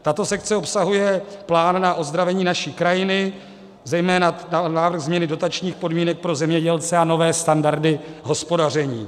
Tato sekce obsahuje plán na ozdravení naší krajiny, zejména návrh změny dotačních podmínek pro zemědělce a nové standardy hospodaření.